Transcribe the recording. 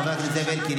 חבר הכנסת זאב אלקין,